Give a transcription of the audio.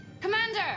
Commander